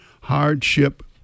hardship